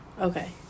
Okay